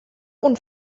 und